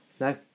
No